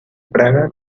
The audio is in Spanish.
praga